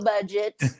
budget